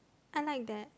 I like that